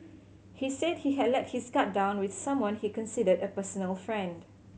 he said he had let his guard down with someone he considered a personal friend